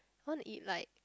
I want to eat like